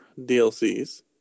DLCs